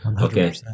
Okay